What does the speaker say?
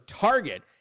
target